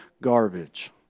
garbage